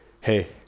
Hey